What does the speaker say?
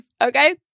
Okay